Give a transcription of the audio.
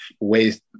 ways